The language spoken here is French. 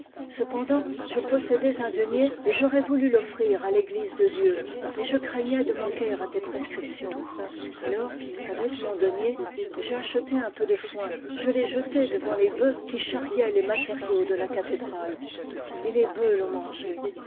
cependant je possédais un denier et j'aurais voulu l'offrir à l'église de dieu mais je craignais de manquer à tes prescriptions alors avec mon denier j'ai acheté un peu de foin je l'ai jeté devant les bœufs qui charriaient les matériaux de la cathédrale et les bœufs l'ont mangé